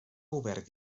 obert